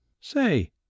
Say